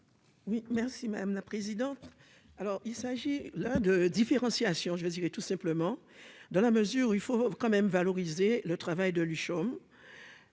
Oui merci madame la présidente, alors il s'agit là de différenciation choisir tout simplement dans la mesure où il faut quand même : valoriser le travail de Luchon